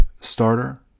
starter